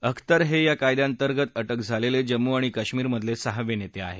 अख्तर हे या कायद्याअंतर्गत अटक झालेले जम्मू आणि कश्मीर मधले सहावे नेते आहेत